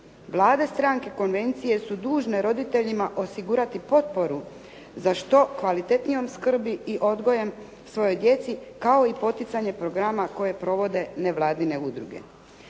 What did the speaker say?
Glavne stranke konvencije su dužne roditeljima osigurati potporu za što kvalitetnijom skrbi i odgojem svojoj djeci kao i poticanje programa koje provode nevladine udruge.